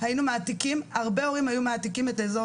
היינו מעתיקים והרבה הורים היו מעתיקים את אזור